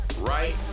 right